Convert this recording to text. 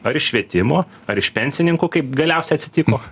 ar švietimo ar iš pensininkų kaip galiausiai atsitiko